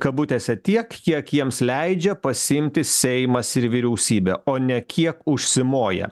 kabutėse tiek kiek jiems leidžia pasiimti seimas ir vyriausybė o ne kiek užsimoję